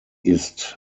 ist